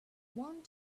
want